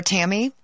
Tammy